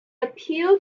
appeal